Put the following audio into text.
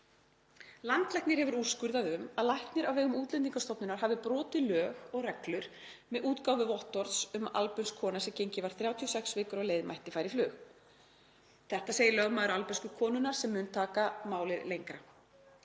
„Landlæknir hefur úrskurðað um að læknir á vegum Útlendingastofnunar hafi brotið lög og reglur með útgáfu vottorðs um að albönsk kona sem gengin var 36 vikur á leið mætti fara í flug. Þetta segir lögmaður albönsku konunnar sem mun taka málið lengra.